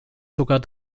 sogar